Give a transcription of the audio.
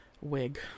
Wig